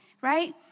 right